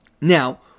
Now